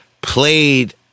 played